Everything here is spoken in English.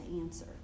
answer